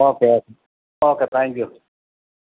okay okay okay thank you